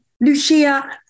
Lucia